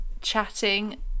chatting